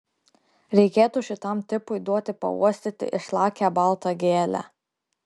reikėtų šitam tipui duoti pauostyti išlakią baltą gėlę